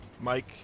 mike